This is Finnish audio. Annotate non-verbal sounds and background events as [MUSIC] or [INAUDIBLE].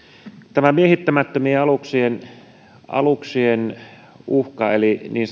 tämä miehittämättömien aluksien aluksien eli niin [UNINTELLIGIBLE]